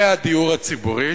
והדיור הציבורי,